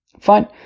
Fine